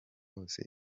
hose